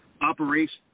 operation